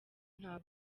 nta